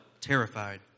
Terrified